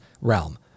realm